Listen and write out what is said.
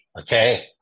okay